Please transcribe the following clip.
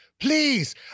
Please